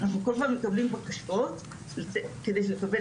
אנחנו כל פעם מקבלים בקשות שכדי לקבל